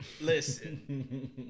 Listen